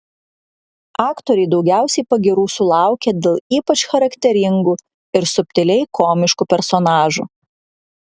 aktoriai daugiausiai pagyrų sulaukia dėl ypač charakteringų ir subtiliai komiškų personažų